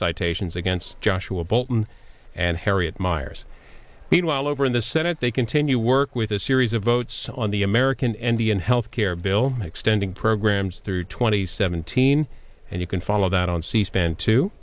citations against joshua bolten and harriet miers meanwhile over in the senate they continue work with a series of votes on the american energy and health care bill extending programs through twenty seventeen and you can follow that on c span too